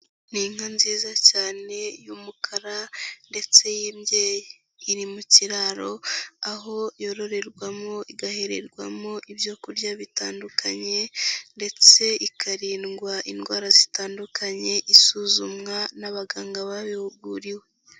Ni inka nziza cyane y'umukara ndetse y'imbyeyi, iri mu kiraro aho yororerwamo igahererwamo ibyo kurya bitandukanye ndetse ikarindwa indwara zitandukanye isuzumwa n'abaganga babihuguriwe.